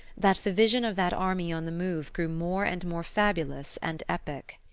that the vision of that army on the move grew more and more fabulous and epic.